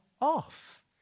off